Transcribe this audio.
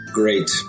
great